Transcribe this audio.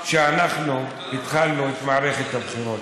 שאנחנו התחלנו את מערכת הבחירות,